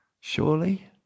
Surely